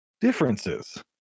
differences